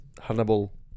Hannibal